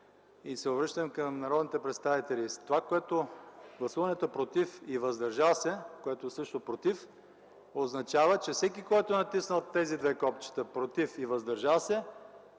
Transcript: и се обръщам към народните представители. Гласуването „против” и „въздържал се”, което също е „против” означава, че всеки, който е натиснал тези две копчета – „против” и „въздържал се”,